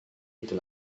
itu